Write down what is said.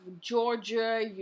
Georgia